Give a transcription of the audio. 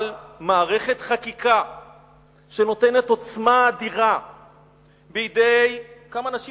אבל מערכת חקיקה שנותנת עוצמה אדירה בידי כמה אנשים,